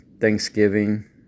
Thanksgiving